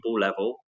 level